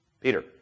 Peter